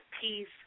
peace